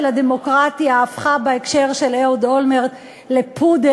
הדמוקרטיה הפכה בהקשר של אהוד אולמרט ל"פודל",